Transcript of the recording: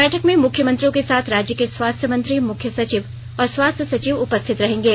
बैठक में मुख्यमंत्रियों के साथ राज्य के स्वास्थ्य मंत्री मुख्य सचिव और स्वास्थ्य सचिव उपस्थित रहेंगे